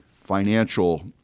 financial –